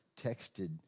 texted